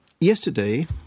yesterday